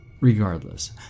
Regardless